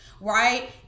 right